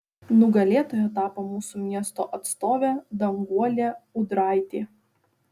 nugalėtoja tapo mūsų miesto atstovė danguolė ūdraitė